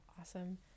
awesome